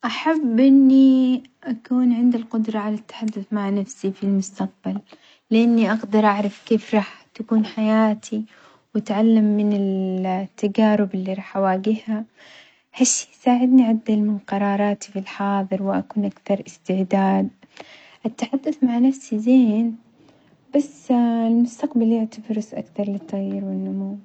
أحب أني أكون عندي القدرة على التحدث مع نفسي في المستقبل لأني أقدر أعرف كيف راح تكون حياتي وأتعلم من التجارب اللي راح أواجهها، حيث يساعدني أعدل من قراراتي في الحاضر وأكون أكثر إستعداد، التحدث مع نفسي زين بس المستقبل يعطي فرص أكثر للتغيير والنمو.